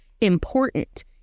important